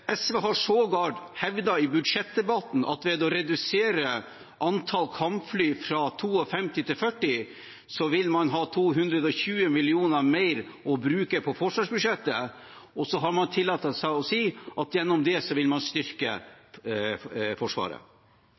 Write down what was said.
SV har sågar hevdet i budsjettdebatten at ved å redusere antall kampfly fra 52 til 40 vil man ha 220 mill. kr mer å bruke på forsvarsbudsjettet. Så har man tillatt seg å si at gjennom det vil man styrke Forsvaret.